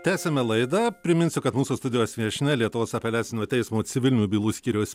tęsiame laidą priminsiu kad mūsų studijos viešnia lietuvos apeliacinio teismo civilinių bylų skyriaus